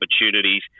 opportunities